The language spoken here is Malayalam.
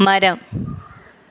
മരം